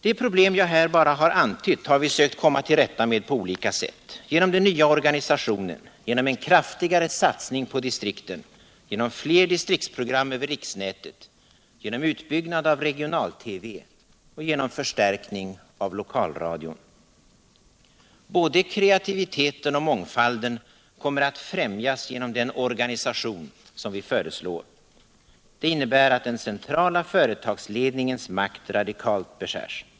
Det problem som jag här bara antytt har vi sökt komma till rätta med på olika sätt: genom den nya organisationen, genom en kraftigare satsning på distrikten, genom fler distriktsprogram över riksnätet, genom utbyggnad av regional-TV och genom förstärkning av lokalradion, Både kreativiteten och mångfalden kommer att främjas genom den organisation som vi föreslår. Den innebär att den centrala företagsledningens makt radikalt beskärs.